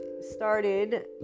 started